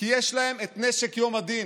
כי יש להם את נשק יום הדין.